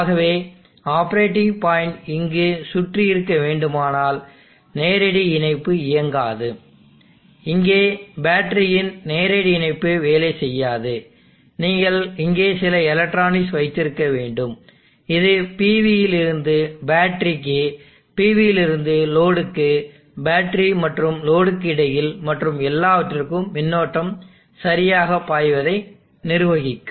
ஆகவே operating point இங்கு சுற்றி இருக்க வேண்டுமானால் நேரடி இணைப்பு இயங்காது இங்கே பேட்டரியின் நேரடி இணைப்பு வேலை செய்யாது நீங்கள் இங்கே சில எலக்ட்ரானிக்ஸ் வைத்திருக்க வேண்டும் இது PVயில் இருந்து பேட்டரிக்கு PVயில் இருந்து லோடுக்கு பேட்டரி மற்றும் லோடுக்கு இடையில் மற்றும் எல்லாவற்றுக்கும் மின்னோட்டம் சரியாக பாய்வதை நிர்வகிக்கும்